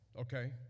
Okay